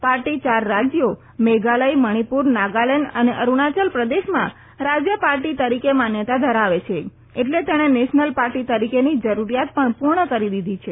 party ચાર રાજયો મેઘાલય મણીપુર નાગાલેન્ડ અને અરૂણાચલ પ્રદેશમાં રાજય પાર્ટી તરીકે માન્યતા ધરાવે છે એટલે તેણે નેશનલ પાર્ટી તરીકેની જરૂરીયાત પણ પૂર્ણ કરી દીધી છે